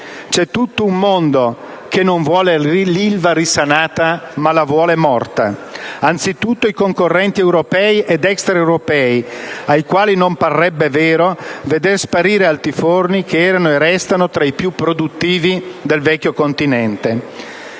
C'è tutto un mondo che non vuole l'Ilva risanata, ma la vuole morta. Anzitutto i concorrenti europei ed extraeuropei, ai quali non parrebbe vero vedere sparire altiforni che erano e restano tra i più produttivi del vecchio continente.